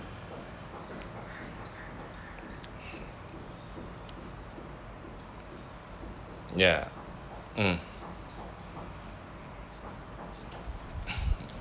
ya mm